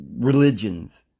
religions